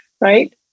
right